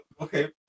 okay